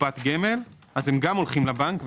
קופת גמל, הם גם הולכים לבנק.